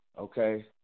okay